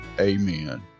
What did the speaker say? Amen